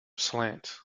slant